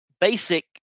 basic